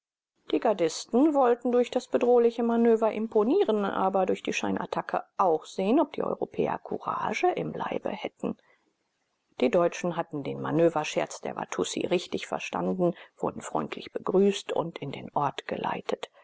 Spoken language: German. die gardisten wollten durch das bedrohliche manöver imponieren aber durch die scheinattacke auch sehen ob die europäer courage im leibe hätten die deutschen hatten den manöverscherz der watussi richtig verstanden wurden freundlich begrüßt und in den ort geleitet